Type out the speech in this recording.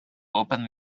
open